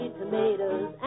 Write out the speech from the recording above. tomatoes